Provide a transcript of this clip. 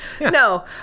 No